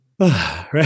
Right